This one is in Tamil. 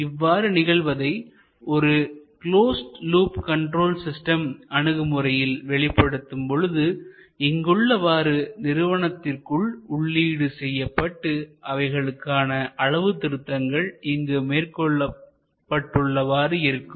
இவ்வாறு நிகழ்வதை ஒரு கிளோஸ் லுப் கன்ட்ரோல் சிஸ்டம் அணுகுமுறையில் வெளிப்படுத்தும் பொழுது இங்குள்ளவாறு நிறுவனத்திற்குள் உள்ளீடு செய்யப்பட்டு அவைகளுக்கான அளவுதிருத்தங்கள் இங்கு மேற்கொள்ளப்பட்டவாறு இருக்கும்